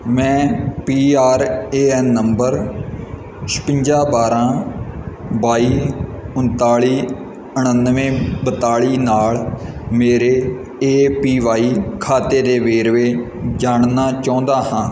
ਮੈਂ P R A N ਨੰਬਰ ਛਿਵੰਜਾ ਬਾਰ੍ਹਾਂ ਬਾਈ ਉਨਤਾਲੀ ਉਣਾਨਵੇਂ ਬਤਾਲੀ ਨਾਲ ਮੇਰੇ ਏ ਪੀ ਵਾਈ ਖਾਤੇ ਦੇ ਵੇਰਵੇ ਜਾਣਨਾ ਚਾਹੁੰਦਾ ਹਾਂ